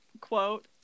quote